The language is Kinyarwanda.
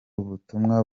ubutumwa